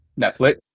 Netflix